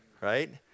Right